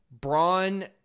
Braun